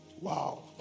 Wow